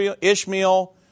Ishmael